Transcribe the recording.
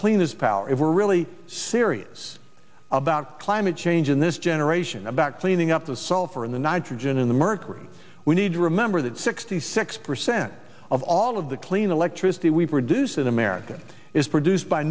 cleanest power if we're really serious about climate change in this generation about cleaning up the sulfur in the one trojan in the mercury we need to remember that sixty six percent of all of the clean electricity we produce in america is produced by